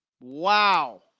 Wow